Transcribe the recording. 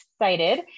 excited